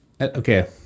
okay